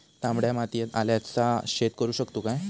तामड्या मातयेत आल्याचा शेत करु शकतू काय?